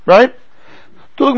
Right